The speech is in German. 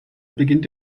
beginnt